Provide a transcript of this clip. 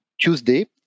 Tuesday